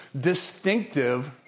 distinctive